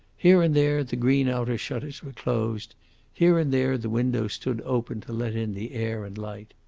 here and there the green outer shutters were closed here and there the windows stood open to let in the air and light.